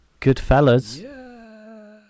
Goodfellas